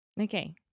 Okay